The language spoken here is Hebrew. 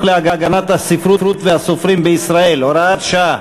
להגנת הספרות והסופרים בישראל (הוראת שעה),